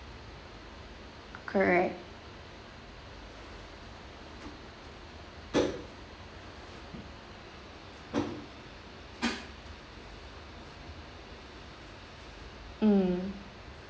correct mm